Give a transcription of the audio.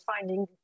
finding